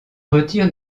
retire